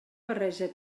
barreja